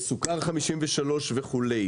סוכר 53%, וכולי.